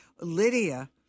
Lydia